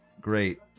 Great